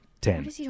ten